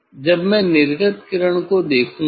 जब मैं निर्गत किरण को देखूंगा